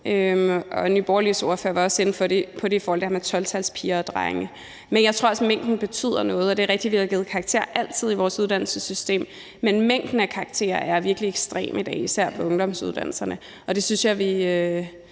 Nye Borgerliges ordfører var også inde på det i forhold til det her med 12-talspiger og -drenge. Men jeg tror også, at mængden betyder noget. Det er rigtigt, at vi har givet karakterer altid i vores uddannelsessystem, men mængden af karakterer er virkelig ekstrem i dag, især på ungdomsuddannelserne, og det synes jeg vi